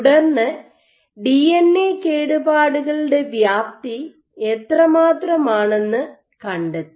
തുടർന്ന് ഡിഎൻഎ കേടുപാടുകളുടെ വ്യാപ്തി എത്ര മാത്രമാണെന്ന് കണ്ടെത്തി